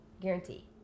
Guarantee